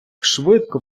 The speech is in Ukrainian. швидко